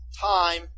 time